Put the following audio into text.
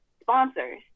sponsors